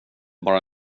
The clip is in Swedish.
bara